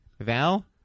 Val